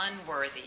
unworthy